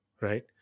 right